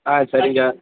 ஆ சரிங்க